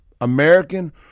American